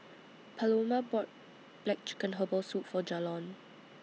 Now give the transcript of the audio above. Paloma bought Black Chicken Herbal Soup For Jalon